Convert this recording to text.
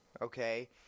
okay